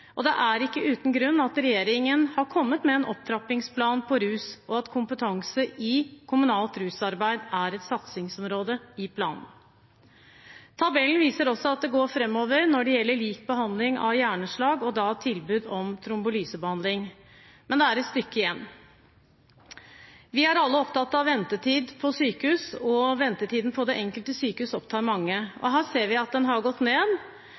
Det er ikke uten grunn at regjeringen har kommet med en opptrappingsplan på rusfeltet, og at kompetanse i kommunalt rusarbeid er et satsingsområde i planen. Tabellen viser også at det går framover når det gjelder lik behandling av hjerneslag og tilbud om trombolysebehandling, men det er et stykke igjen. Vi er alle opptatt av ventetid på sykehus, og ventetiden på det enkelte sykehus opptar mange, og her ser vi at den har gått ned.